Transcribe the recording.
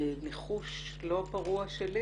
ניחוש לא פרוע שלי